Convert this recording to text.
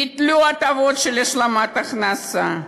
ביטלו הטבות של השלמת הכנסה.